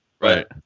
right